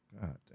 God